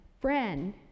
friend